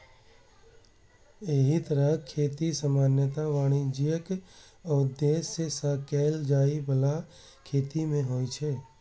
एहि तरहक खेती सामान्यतः वाणिज्यिक उद्देश्य सं कैल जाइ बला खेती मे होइ छै